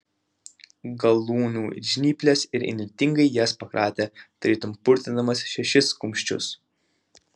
galūnių žnyples ir įnirtingai jas pakratė tarytum purtydamas šešis kumščius